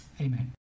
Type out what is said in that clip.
amen